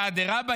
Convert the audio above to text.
דאדרבא,